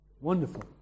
Wonderful